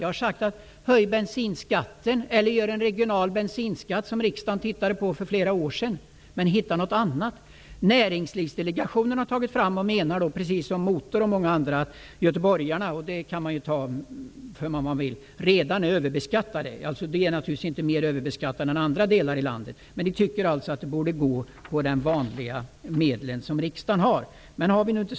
Jag har själv föreslagit att man t.ex. skall införa en regional bensinskatt. Näringslivsdelegationen menar precis som Motormännen och många andra att göteborgarna redan är överbeskattade. -- De är naturligtvis inte mer överbeskattade än man är i andra delar av landet. Men man tycker att det borde gå att klara detta genom att riksdagen anslår medel på vanligt sätt.